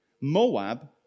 Moab